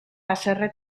haserre